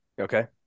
Okay